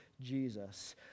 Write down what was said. Jesus